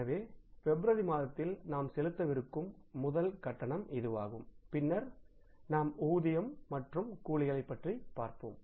எனவே பிப்ரவரி மாதத்தில் நாம் செலுத்தவிருக்கும் முதல் கட்டணம் இதுவாகும் பின்னர் நாம் ஊதியங்கள் மற்றும் கூலிகளை பற்றி பார்ப்போம்